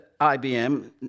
IBM